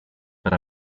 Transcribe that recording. per